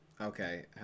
okay